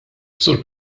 sur